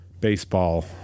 baseball